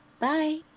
Bye